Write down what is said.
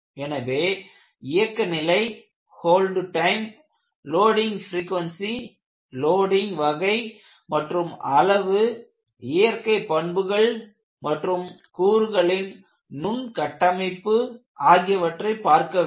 எனவே இயக்க வெப்பநிலை hold time loading frequency loading வகை மற்றும் அளவு இயற்கை பண்புகள் மற்றும் கூறுகளின் நுண் கட்டமைப்பு ஆகியவற்றை பார்க்க வேண்டும்